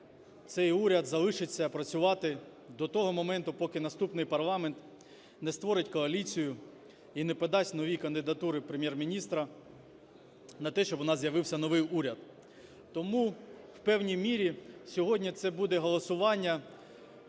цей уряд залишиться працювати до того моменту, поки наступний парламент не створить коаліцію і не подасть нові кандидатури Прем'єр-міністра на те, щоб у нас з'явився новий уряд. Тому в певній мірі сьогодні це буде голосування,